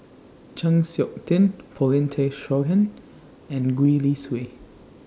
Chng Seok Tin Paulin Tay Straughan and Gwee Li Sui